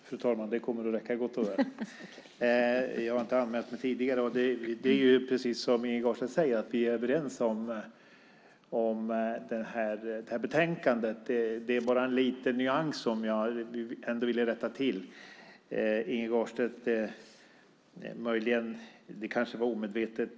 Fru talman! Jag har inte anmält mig för ett inlägg förrän nu. Det är precis som Inge Garstedt säger att vi är överens om det här betänkandet. Det är bara en liten sak som jag vill nyansera i det som Inge Garstedt sade.